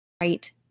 right